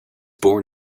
born